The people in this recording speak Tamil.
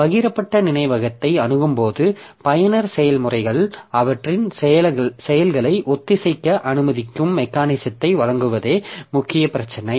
பகிரப்பட்ட நினைவகத்தை அணுகும்போது பயனர் செயல்முறைகள் அவற்றின் செயல்களை ஒத்திசைக்க அனுமதிக்கும் மெக்கானிசத்தை வழங்குவதே முக்கிய பிரச்சினை